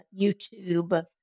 YouTube